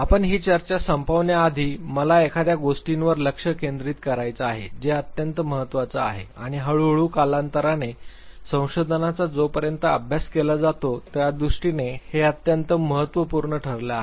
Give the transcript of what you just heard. आम्ही ही चर्चा संपण्याआधी मला एखाद्या गोष्टीवर लक्ष केंद्रित करायचं आहे जे अत्यंत महत्त्वाच्या आहे आणि हळूहळू कालांतराने संशोधनाचा जोपर्यंत अभ्यास केला जातो त्यादृष्टीने हे अत्यंत महत्त्वपूर्ण ठरलं आहे